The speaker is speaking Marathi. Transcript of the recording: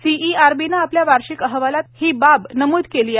सीईआरबीनं आपल्या वार्षिक अहवालात ही बाब नमूद केली आहे